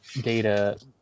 data